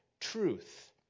truth